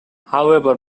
however